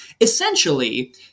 Essentially